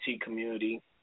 community